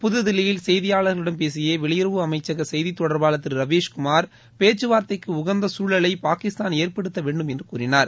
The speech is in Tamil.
புதுதில்லியில் செய்தியாளர்களிடம் பேசிய வெளியுறவு அமைச்சக செய்தித் தொடர்பாளர் திரு ரவீஷ் குமார் பேச்சுவார்த்தைக்கு உகந்த சூழலை பாகிஸ்தான் ஏற்படுத்த வேண்டும் என்று கூறினார்